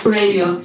radio